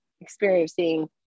experiencing